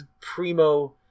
primo